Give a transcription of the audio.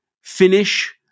finish